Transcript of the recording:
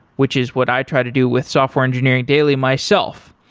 which is what i try to do with software engineering daily myself,